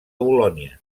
bolonya